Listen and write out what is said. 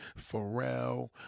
Pharrell